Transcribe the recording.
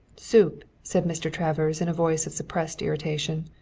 soup, said mr. travers in a voice of suppressed irritation.